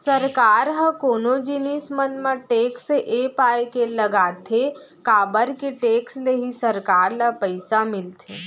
सरकार ह कोनो जिनिस मन म टेक्स ये पाय के लगाथे काबर के टेक्स ले ही सरकार ल पइसा मिलथे